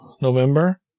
November